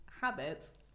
habits